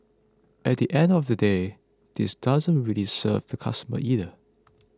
at the end of the day this doesn't really serve the customers either